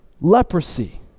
leprosy